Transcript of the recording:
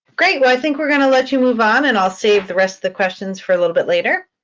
great, well, i think we're going to let you move on and i'll save the rest of the questions for a little bit later.